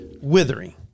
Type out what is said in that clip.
withering